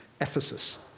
Ephesus